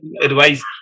advice